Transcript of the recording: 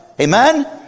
Amen